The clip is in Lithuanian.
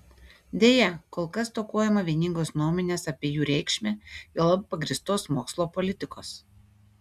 deja kol kas stokojama vieningos nuomonės apie jų reikšmę juolab pagrįstos mokslo politikos